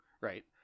Right